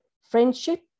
friendship